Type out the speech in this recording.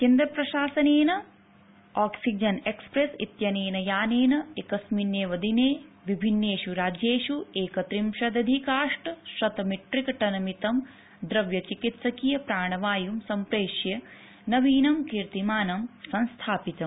केंद्रप्रशासनेन oxygen express इत्यनेन यानेन एकस्मिन् एव दिने विभिन्नेषु राज्येषु एक त्रिंशदधिकाष्टशतमीट्रिकटनमितं द्रव्य चिकित्सकीय प्राणवायुम् सम्प्रेष्य नवीनं कीर्तिमानं संस्थापितम्